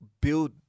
build